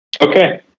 Okay